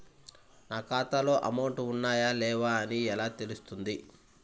నా ఖాతాలో అమౌంట్ ఉన్నాయా లేవా అని ఎలా తెలుస్తుంది?